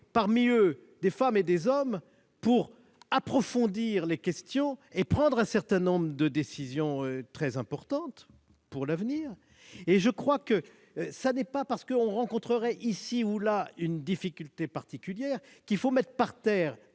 parmi eux des femmes et des hommes pour approfondir les questions et prendre un certain nombre de décisions très importantes pour l'avenir. Ce n'est pas parce que l'on rencontrerait, ici ou là, une difficulté particulière qu'il faut mettre par terre